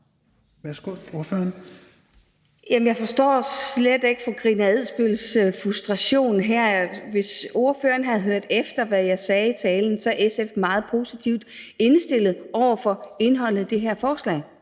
Jeg forstår slet ikke fru Karina Adsbøls frustration her. Hvis ordføreren havde hørt efter, hvad jeg sagde i talen, ville hun vide, at SF er meget positivt indstillet over for indholdet af det her forslag.